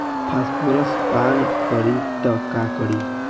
Phosphorus पान करी त का करी?